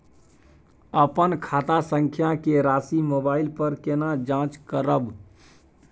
अपन खाता संख्या के राशि मोबाइल पर केना जाँच करब?